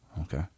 Okay